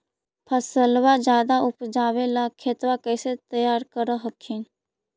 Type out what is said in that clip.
फसलबा ज्यादा उपजाबे ला खेतबा कैसे तैयार कर हखिन?